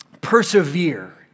persevere